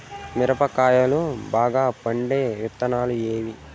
మిరప కాయలు బాగా పండే విత్తనాలు ఏవి